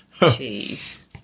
Jeez